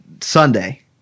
Sunday